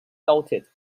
salted